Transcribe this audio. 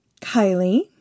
Kylie